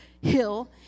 hill